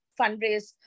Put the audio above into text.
fundraise